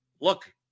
look